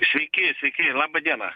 sveiki sveiki laba diena